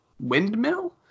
windmill